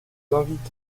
invite